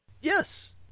yes